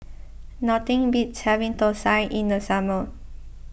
nothing beats having Thosai in the summer